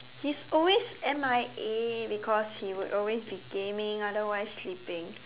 he's always M_I_A because he would always be gaming otherwise sleeping